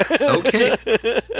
Okay